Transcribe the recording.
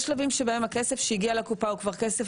יש שלבים שבהם הכסף שהגיע לקופה הוא כבר כסף